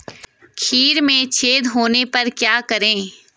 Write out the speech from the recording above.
खीरे में छेद होने पर क्या करें?